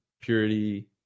purity